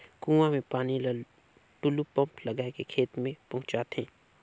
कुआं के पानी ल टूलू पंप लगाय के खेत में पहुँचाथे